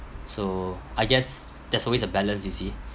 so I guess there's always a balance you see